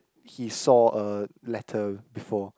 he saw a letter before